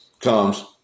comes